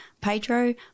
Pedro